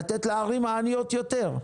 לתת לערים העניות יותר.